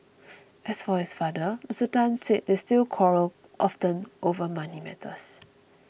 as for his father Mr Tan said they still quarrel often over money matters